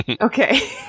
Okay